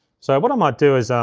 so what i might do is,